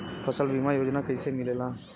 फसल बीमा योजना कैसे मिलेला?